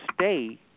stay